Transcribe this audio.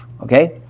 Okay